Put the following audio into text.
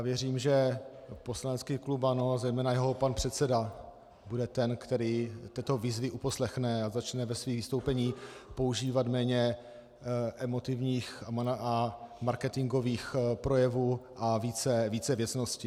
Věřím, že poslanecký klub ANO a zejména jeho pan předseda bude ten, který tyto výzvy uposlechne a začne ve svých vystoupeních používat méně emotivních a marketingových projevů a více věcnosti.